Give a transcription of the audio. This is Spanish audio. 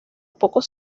pocos